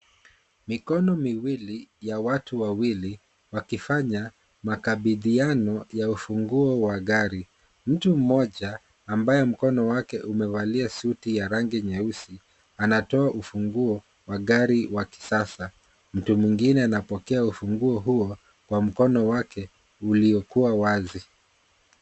Mikono miwili ya watu wawili wakifanya makabidhiano ya funguo wa gari, mtu mmoja ambayo mkono wake umevalia suti ya rangi nyeusi anatoa funguo wa gari wa kisasa mwingine anapokea ufunguo huo kwa mkono wake uliokuwa wazi.